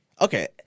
okay